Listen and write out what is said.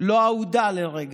לא אהודה לרגע,